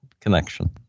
connection